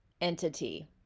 entity